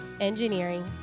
engineering